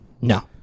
No